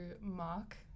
mark